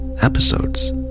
episodes